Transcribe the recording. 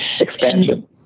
Expansion